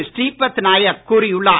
ஸ்ரீபத் நாயக் கூறியுள்ளார்